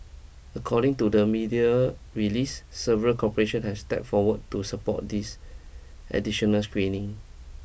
according to the media release several corporation have stepped forward to support these additional screening